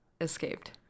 escaped